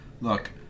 Look